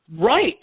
Right